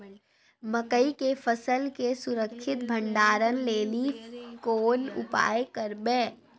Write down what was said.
मकई के फसल के सुरक्षित भंडारण लेली कोंन उपाय करबै?